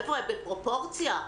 חבר'ה, בפרופורציה.